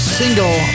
single